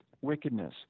wickedness